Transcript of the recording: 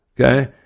Okay